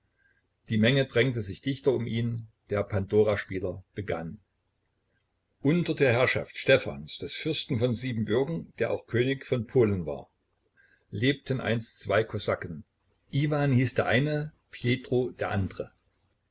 die menge drängte sich dichter um ihn der pandoraspieler begann unter der herrschaft stephans des fürsten von siebenbürgen der auch könig von polen war lebten einst zwei kosaken iwan hieß der eine pjetro der andre